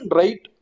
right